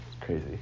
Crazy